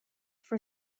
for